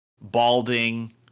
balding